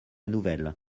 nouvelle